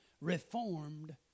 reformed